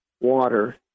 water